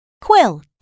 quilt